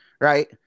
right